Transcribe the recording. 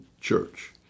church